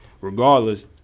regardless